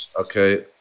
Okay